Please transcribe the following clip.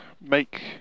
make